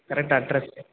correct address